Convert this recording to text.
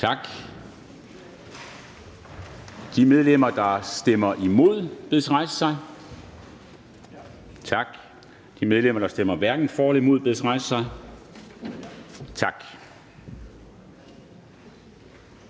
Tak. De medlemmer, der stemmer imod, bedes rejse sig. Tak. De medlemmer, der stemmer hverken for eller imod, bedes rejse sig. Tak.